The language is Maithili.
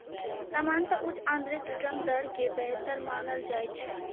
सामान्यतः उच्च आंतरिक रिटर्न दर कें बेहतर मानल जाइ छै